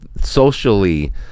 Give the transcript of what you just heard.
socially